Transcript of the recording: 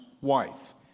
wife